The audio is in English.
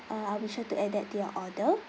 uh I'll be sure to add that to your order